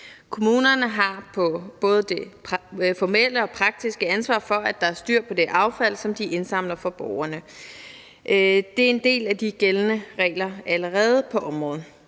Kommunerne har både det formelle og det praktiske ansvar for, at der er styr på det affald, som de indsamler fra borgerne. Det er allerede en del af de gældende regler på området.